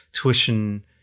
tuition